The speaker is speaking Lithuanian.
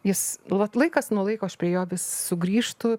jis nu vat laikas nuo laiko aš prie jo vis sugrįžtu